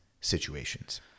situations